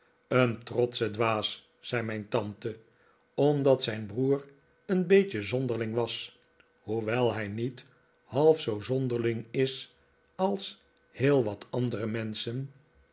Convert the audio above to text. een trotsche dwaas zei mijn tante omdat zijn broer een beetje zonderling was hoewel hij niet half zoo zonderling is als heel wat andere menschen